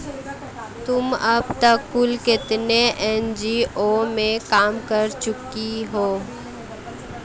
तुम अब तक कुल कितने एन.जी.ओ में काम कर चुकी हो?